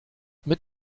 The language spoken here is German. mit